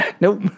Nope